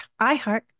iHeart